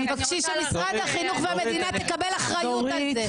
תבקשי ממשרד החינוך וממדינת ישראל שיקבלו אחריות על זה.